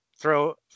throw